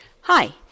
Hi